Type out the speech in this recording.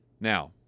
Now